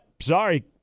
sorry